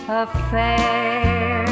affair